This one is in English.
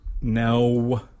No